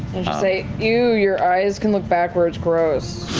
say ew, your eyes can look backwards. gross.